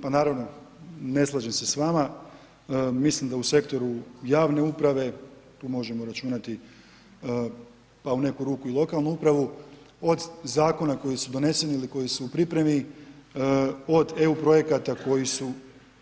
Pa naravno, ne slažem se s vama, mislim da u sektoru javne uprave, tu možemo računati, pa u neku ruku i lokalnu upravu, od zakona koji su doneseni ili koji su u pripremi, od EU projekata koji su